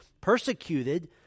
persecuted